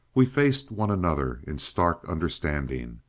we faced one another in stark understanding.